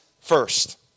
first